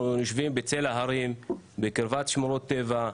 אנחנו יושבים בצלע הרים, בקרבת שמורות טבע,